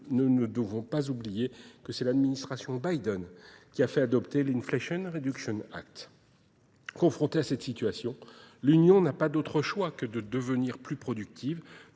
nous ne devons pas oublier que c'est l'administration Biden qui a fait adopter l'Inflation Reduction Act. Confrontée à cette situation, l'Union n'a pas d'autre choix que de devenir plus productive,